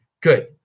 Good